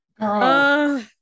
Girl